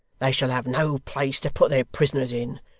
they shall have no place to put their prisoners in.